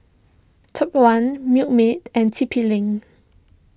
Top one Milkmaid and T P Link